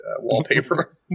Wallpaper